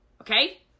Okay